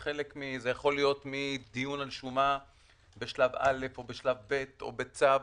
זה יכול להיות מדיון על שומה בשלב א' או בשלב ב' או בצו.